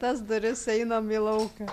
tas duris einam į lauką